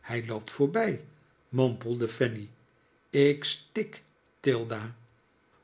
hij loopt voorbij mompelde fanny ik stik tilda